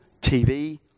TV